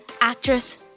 actress